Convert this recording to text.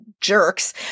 jerks